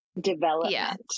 development